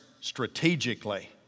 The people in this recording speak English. strategically